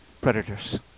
predators